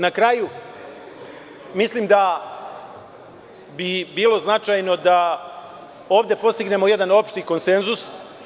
Na kraju, mislim da bi bilo značajno da ovde postignemo jedan opšti konsenzus.